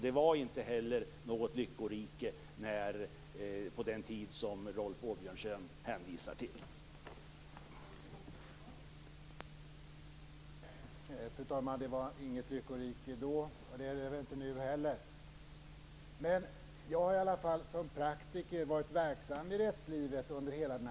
Det var alltså inte något lyckorike på den tid som Rolf Åbjörnsson hänvisar till heller.